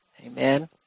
Amen